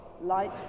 light